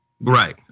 Right